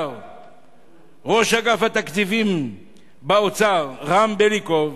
ראש אגף התקציבים באוצר לשעבר רם בלינקוב